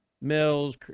mills